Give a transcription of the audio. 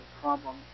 problem